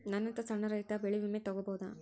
ನನ್ನಂತಾ ಸಣ್ಣ ರೈತ ಬೆಳಿ ವಿಮೆ ತೊಗೊಬೋದ?